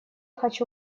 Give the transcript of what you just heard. хочу